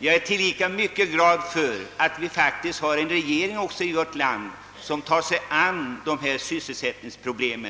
Jag är tillika mycket glad för att vi faktiskt har en regering i vårt land, som tar sig an dessa sysselsättningsproblem.